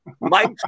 Mike